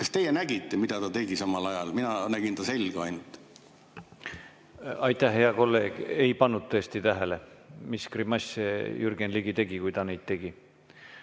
Kas teie nägite, mida ta tegi samal ajal? Mina nägin ta selga ainult. Aitäh, hea kolleeg! Ei pannud tõesti tähele, mis grimasse Jürgen Ligi tegi, kui ta neid tegi. Jüri